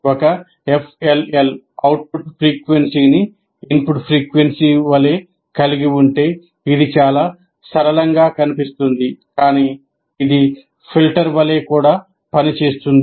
ఒక FLL output ఫ్రీక్వెన్సీని input frequency వలె కలిగి ఉంటే ఇది చాలా సరళంగా కనిపిస్తుంది కానీ ఇది ఫిల్టర్ వలె కూడా పనిచేస్తుంది